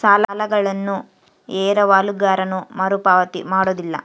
ಸಾಲಗಳನ್ನು ಎರವಲುಗಾರನು ಮರುಪಾವತಿ ಮಾಡೋದಿಲ್ಲ